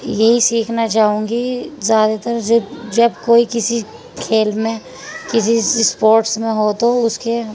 یہی سیکھنا چاہوں گی زیادہ تر جب جب کوئی کسی کھیل میں کسی اسپورٹس میں ہو تو اس کے